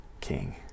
king